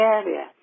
area